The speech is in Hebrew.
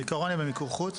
בעיקרון מאבטחים הם במיקור חוץ.